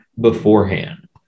beforehand